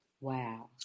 Wow